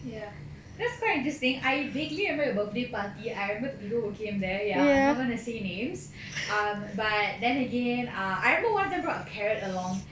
ya that's quite interesting I vaguely remember your birthday party I remember the people who came there ya I'm not going to say names um but then again err I remember one of them brought a parrot along